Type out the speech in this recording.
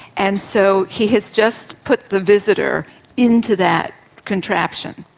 and so he has just put the visitor into that contraption